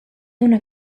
una